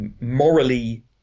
morally